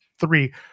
three